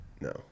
No